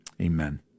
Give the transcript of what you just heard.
amen